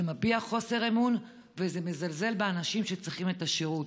זה מביע חוסר אמון וזה מזלזל באנשים שצריכים את השירות.